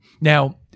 Now